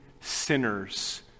sinners